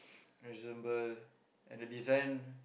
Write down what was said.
reasonable and design